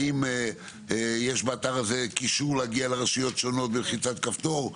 האם יש באתר הזה קישור להגיע לרשויות שונות בלחיצת כפתור,